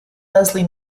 leslie